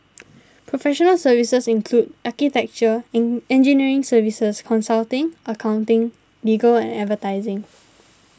professional services include architecture and engineering services consulting accounting legal and advertising